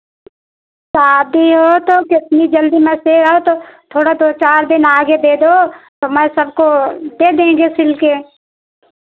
शादी हो तो कितनी जल्दी मैं सियूँ तो थोड़ा दो चार दिन आगे दे दो तो मैं सबको दे देंगे सिल कर